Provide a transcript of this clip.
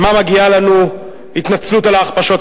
על מה מגיעה לנו התנצלות על ההכפשות,